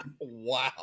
Wow